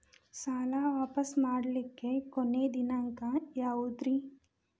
ಸಾಲಾ ವಾಪಸ್ ಮಾಡ್ಲಿಕ್ಕೆ ಕೊನಿ ದಿನಾಂಕ ಯಾವುದ್ರಿ?